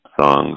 songs